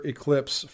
Eclipse